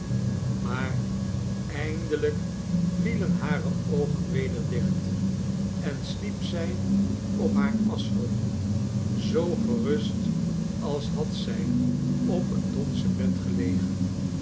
maar eindelijk vielen hare oogen weder dicht en sliep zij op haar aschhoop zoo gerust als had zij op een donzen bed gelegen